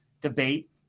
debate